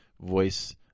voice